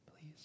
please